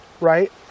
right